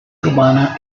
urbana